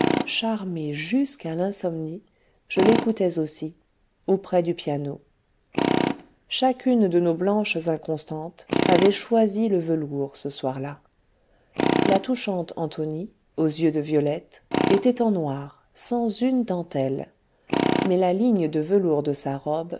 charmé jusqu'à l'insomnie je l'écoutais aussi auprès du piano chacune de nos blanches inconstantes avait choisi le velours ce soir-là la touchante antonie aux yeux de violettes était en noir sans une dentelle mais la ligne de velours de sa robe